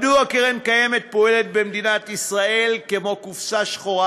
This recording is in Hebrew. מדוע קרן קיימת פועלת במדינת ישראל כמו קופסא שחורה.